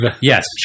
Yes